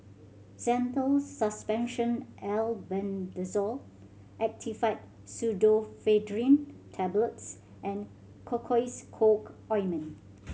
Zental Suspension Albendazole Actifed Pseudoephedrine Tablets and Cocois Co Ointment